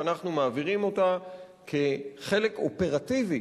ואנחנו מעבירים אותה כחלק אופרטיבי